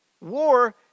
War